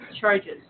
charges